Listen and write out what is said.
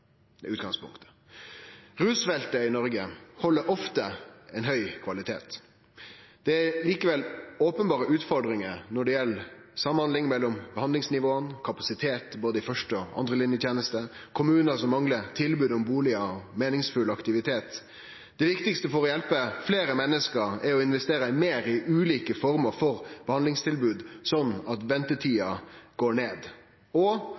Det er utgangspunktet. Rusfeltet i Noreg held ofte høg kvalitet. Det er likevel openberre utfordringar når det gjeld samhandling mellom behandlingsnivåa, kapasitet både i første- og andrelinjetenesta og kommunar som manglar tilbod om bustader og meiningsfull aktivitet. Det viktigaste for å hjelpe fleire menneske er å investere meir i ulike former for behandlingstilbod, at ventetida går ned og